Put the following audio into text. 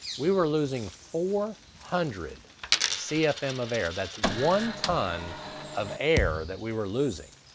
we were losing four hundred cfm of air. that's one ton of air that we were losing.